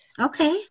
Okay